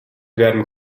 werden